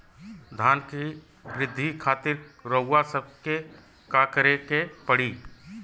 धान क वृद्धि खातिर रउआ सबके का करे के पड़ी?